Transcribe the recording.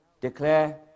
declare